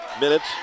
minutes